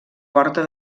porta